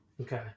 okay